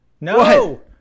No